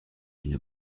une